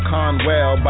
Conwell